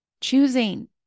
choosing